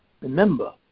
Remember